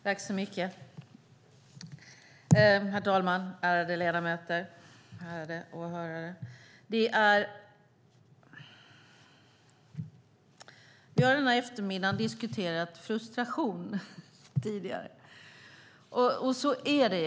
Herr talman! Ärade ledamöter och ärade åhörare! Vi har tidigare denna eftermiddag diskuterat frustration, och frustrerande känns det.